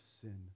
sin